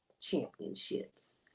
championships